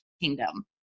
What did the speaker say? kingdom